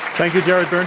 thank you, jared um